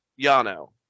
Yano